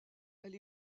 elle